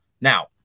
Now